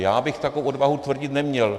Já bych takovou odvahu to tvrdit neměl.